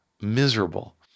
miserable